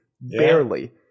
barely